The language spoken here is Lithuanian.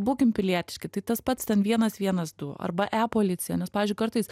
būkim pilietiški tai tas pats vienas vienas du arba e policija nes pavyzdžiui kartais